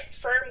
firm